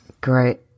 Great